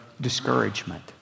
discouragement